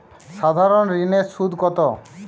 সাধারণ ঋণের সুদ কত?